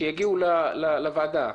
שיגיעו לוועדה,